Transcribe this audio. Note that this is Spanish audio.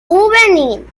juvenil